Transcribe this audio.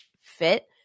fit